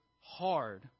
hard